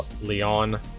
Leon